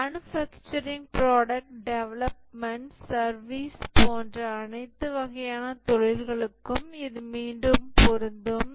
manufacturing product development service போன்ற அனைத்து வகையான தொழில்களுக்கும் இது மீண்டும் பொருந்தும்